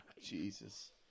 Jesus